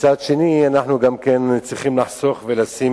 ומצד שני, אנחנו גם צריכים לחסוך ולשים,